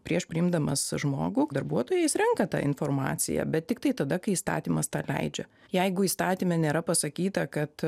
prieš priimdamas žmogų darbuotojais renka tą informaciją bet tiktai tada kai įstatymas tą leidžia jeigu įstatyme nėra pasakyta kad